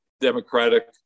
Democratic